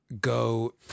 go